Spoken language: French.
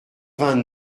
vingt